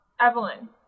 Evelyn